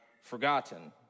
forgotten